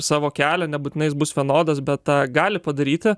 savo kelią nebūtinai jis bus vienodas bet tą gali padaryti